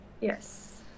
Yes